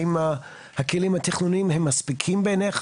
האם הכלים התכנוניים הם מספיקים בעיניך?